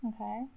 Okay